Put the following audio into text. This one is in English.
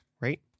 right